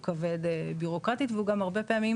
הוא כבד ביורוקרטית והוא גם הרבה פעמים